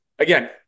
Again